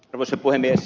arvoisa puhemies